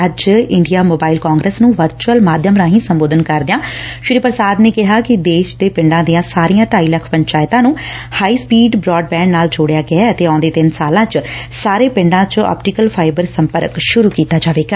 ਅੱਜ India mobile congress ਨੂੰ virtual ਮਾਧਿਆਮ ਰਾਹੀਂ ਸੰਬੋਧਨ ਕਰਦਿਆਂ ਸ੍ਰੀ ਪੁਸਾਦ ਨੇ ਕਿਹਾ ਕਿ ਦੇਸ਼ ਦੇ ਪਿੰਡਾਂ ਦੀਆਂ ਸਾਰੀਆਂ ਢਾਈ ਲੱਖ ਪੰਚਾਇਤਾਂ ਨੂੰ ਹਾਈ ਸਪੀਡ ਬੋਰਡ ਬੈਂਡ ਨਾਲ ਜੋੜਿਆ ਗਿਐ ਅਤੇ ਆਉਂਦੇ ਤਿੰਨ ਸਾਲਾਂ ਚ ਸਾਰੇ ਪਿੰਡਾਂ ਚ ਆਪਟਿਕਲ ਫਾਈਬਰ ਸੰਪਰਕ ਸੁਰੂ ਕੀਤਾ ਜਾਵੇਗਾ